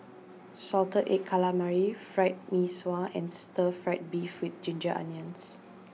Salted Egg Calamari Fried Mee Sua and Stir Fried Beef with Ginger Onions